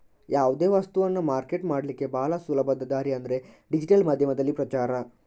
ಯಾವುದೇ ವಸ್ತವನ್ನ ಮಾರ್ಕೆಟ್ ಮಾಡ್ಲಿಕ್ಕೆ ಭಾಳ ಸುಲಭದ ದಾರಿ ಅಂದ್ರೆ ಡಿಜಿಟಲ್ ಮಾಧ್ಯಮದಲ್ಲಿ ಪ್ರಚಾರ